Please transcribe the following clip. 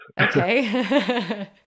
Okay